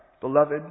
beloved